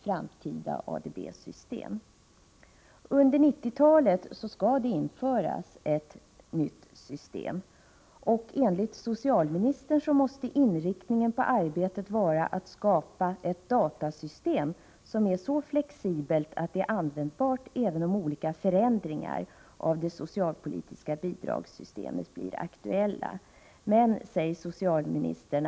Under 1990-talet skall det införas ett nytt system, och enligt socialministern måste inriktningen på arbetet vara att skapa ett datasystem som är så flexibelt att det är användbart även om olika förändringar av det socialpolitiska bidragssystemet blir aktuella.